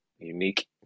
unique